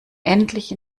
endlich